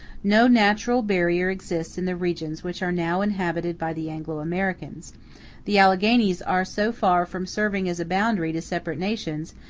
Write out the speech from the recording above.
no natural barrier exists in the regions which are now inhabited by the anglo-americans the alleghanies are so far from serving as a boundary to separate nations,